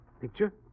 Picture